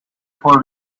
for